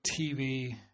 TV